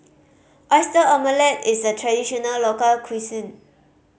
Oyster Omelette is a traditional local cuisine